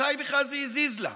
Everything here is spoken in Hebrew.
מתי בכלל זה הזיז לה?